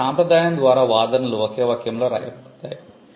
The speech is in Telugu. కాబట్టి సాంప్రదాయం ద్వారా వాదనలు ఒకే వాక్యంలో వ్రాయబడతాయి